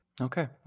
okay